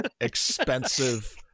expensive